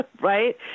Right